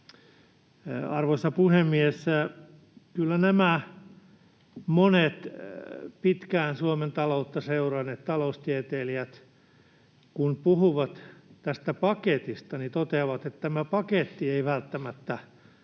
Arvoisa puhemies! Kun nämä monet pitkään Suomen taloutta seuranneet taloustieteilijät puhuvat tästä paketista, he toteavat, että tämä paketti ei välttämättä